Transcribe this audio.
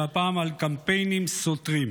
והפעם על קמפיינים סותרים.